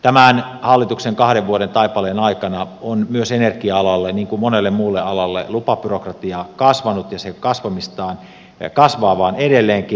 tämän hallituksen kahden vuoden taipaleen aikana on myös energia alalla niin kuin monelle muulle alalla lupabyrokratia kasvanut ja se vain kasvaa kasvamistaan edelleenkin